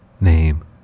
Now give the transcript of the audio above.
Name